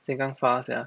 sengkang far sia